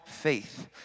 faith